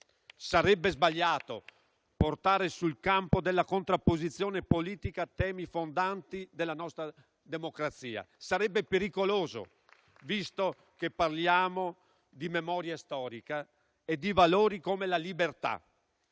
Sarebbe sbagliato portare sul campo della contrapposizione politica temi fondanti della nostra democrazia. Sarebbe pericoloso, visto che parliamo di memoria storica e di valori come la libertà.